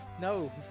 no